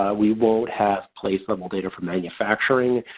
we won't have place level data for manufacturing.